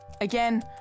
Again